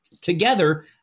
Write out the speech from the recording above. together